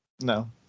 No